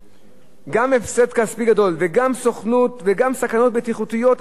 גם הפסד כספי גדול, וגם סכנות בטיחותיות אמיתיות.